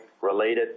related